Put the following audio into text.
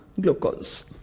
glucose